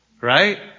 right